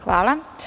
Hvala.